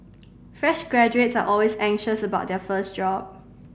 fresh graduates are always anxious about their first job